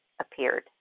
appeared